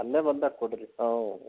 ಅಲ್ಲೆ ಬಂದಾಗ ಕೊಡಿರಿ ಹಾಂ